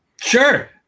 Sure